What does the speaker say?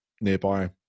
nearby